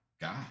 God